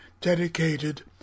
dedicated